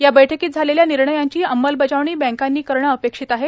या बैठकीत झालेल्या निर्णयांची अंमलबजावणी बँकांनी करणं अपेक्षित आहे